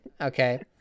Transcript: Okay